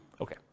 Okay